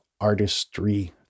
artistry